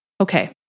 Okay